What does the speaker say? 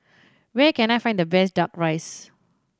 where can I find the best Duck Rice